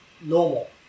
normal